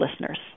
listeners